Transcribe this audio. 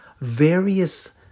various